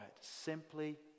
Simply